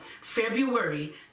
february